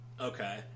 Okay